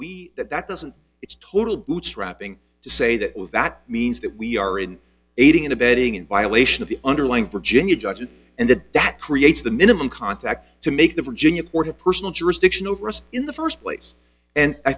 we that that doesn't it's total bootstrapping to say that with that means that we are in aiding and abetting in violation of the underlying virginia judgment and then that creates the minimum contact to make the virginia port of personal jurisdiction over us in the first place and i